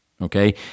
okay